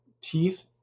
teeth